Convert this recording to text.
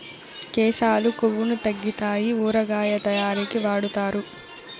కేశాలు కొవ్వును తగ్గితాయి ఊరగాయ తయారీకి వాడుతారు